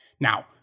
Now